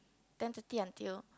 ten thirty until